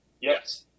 Yes